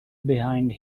behind